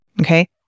Okay